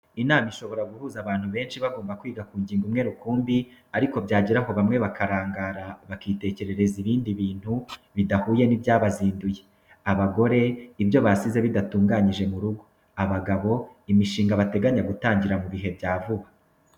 Inama ishobora guhuza abantu benshi, bagomba kwiga ku ngingo imwe rukumbi, ariko byagera aho bamwe bakarangara bakitekerereza ibindi bintu bidahuye n'ibyabazinduye, abagore ibyo basize bidatunganyije mu rugo; abagabo imishinga bateganya gutangira mu bihe bya vuba.